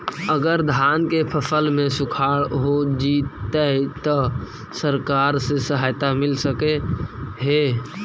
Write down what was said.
अगर धान के फ़सल में सुखाड़ होजितै त सरकार से सहायता मिल सके हे?